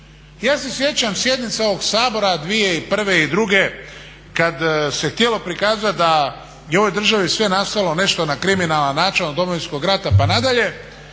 ja se sjećam sjednice ovog Sabora 2001. i 2002. kad se htjelo prikazat da je u ovoj državi sve nastalo nešto na kriminalan način, od Domovinskog rata pa nadalje,